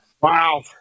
Wow